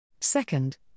Second